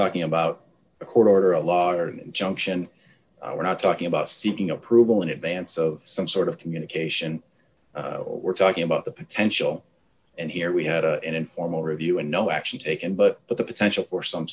talking about a court order a law or an injunction we're not talking about seeking approval in advance of some sort of communication we're talking about the potential and here we had an informal review and no actually taken but the potential for some